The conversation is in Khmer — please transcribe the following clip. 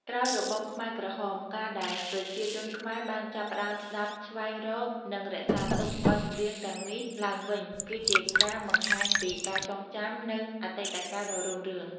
ក្រោយរបបខ្មែរក្រហម ការដែលប្រជាជនខ្មែរបានចាប់ផ្ដើម ស្តាប់ ស្វែងរក និង រក្សាទុក បទចម្រៀងទាំងនេះឡើងវិញ គឺជាការបង្ហាញពី ការចងចាំ នូវអតីតកាលដ៏រុងរឿង។